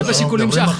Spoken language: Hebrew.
זה בשיקולים שאחרי.